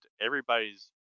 everybody's